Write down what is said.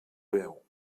veu